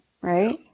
right